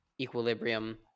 equilibrium